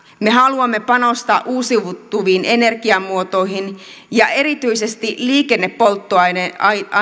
me haluamme panostaa uusiutuviin energiamuotoihin ja erityisesti liikennepolttoaineiden